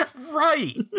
Right